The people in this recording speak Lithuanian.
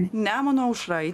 nemuno aušra